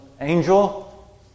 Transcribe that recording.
angel